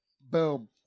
Boom